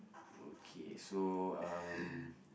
okay so um